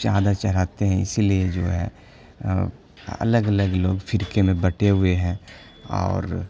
چادر چڑھاتے ہیں اسی لیے جو ہے الگ الگ لوگ فرقے میں بٹے ہوئے ہیں اور